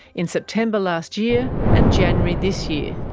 in september last year and january this year.